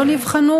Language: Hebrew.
לא נבחנו,